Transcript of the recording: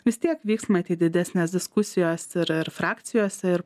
vis tiek vyks matyt didesnės diskusijos ir ir frakcijose ir